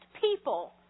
people